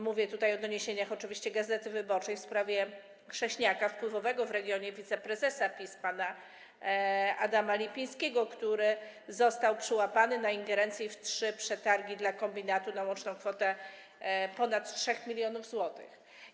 Mówię tutaj o doniesieniach oczywiście „Gazety Wyborczej” w sprawie chrześniaka wpływowego w regionie wiceprezesa PiS pana Adama Lipińskiego, który to chrześniak został przyłapany na ingerencji w trzy przetargi dla kombinatu na łączną kwotę ponad 3 mln zł.